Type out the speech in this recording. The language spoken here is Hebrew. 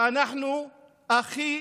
ואנחנו הכי